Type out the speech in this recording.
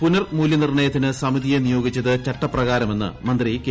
പുനർമൂല്യനിർണ്ണയത്തിന് സ്ഥിതിയെ നിയോഗിച്ചത് ചട്ടപ്രകാരമെന്ന് മന്ത്രി ക്കെ